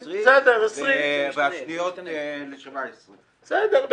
הרווחה והשירותים החברתיים חיים כץ: בסדר,